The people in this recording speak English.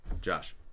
Josh